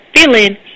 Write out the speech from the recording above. feeling